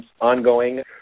ongoing